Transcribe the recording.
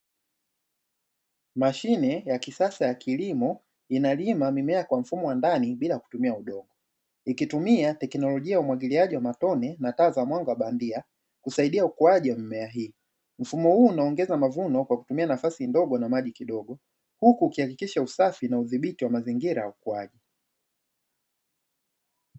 Mashine ya kisasa ya kilimo inalima mimea kwa mfumo wa ndani bila kutumia udongo ikitumia teknolojia ya umwagiliaji wa matone na taa za mwanga bandia kusaidia ukuaji wa mimea hii, mfumo huu unaongeza mavuno kwa kutumia nafasi ndogo na maji kidogo huku ukihakikisha usafi na udhibiti wa mazingira.